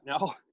no